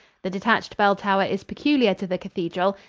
the detached bell-tower is peculiar to the cathedral.